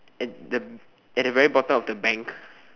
at the at the very bottom of the bank